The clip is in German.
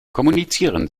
kommunizieren